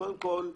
קודם כל,